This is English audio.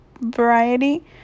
variety